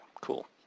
Cool